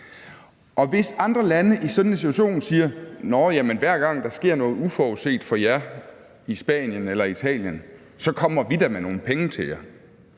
Hvis andre lande i sådan en situation siger, at hver gang der sker noget uforudset for Spanien eller Italien, kommer vi da med nogle penge til dem,